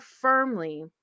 firmly